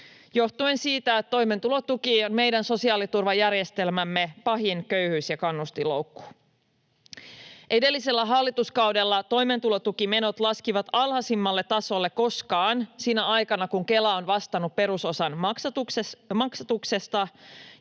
johtuen siitä, että toimeentulotuki on meidän sosiaaliturvajärjestelmämme pahin köyhyys- ja kannustinloukku. Edellisellä hallituskaudella toimeentulotukimenot laskivat alhaisimmalle tasolle koskaan sinä aikana, kun Kela on vastannut perusosan maksatuksesta,